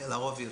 לרוב יותר.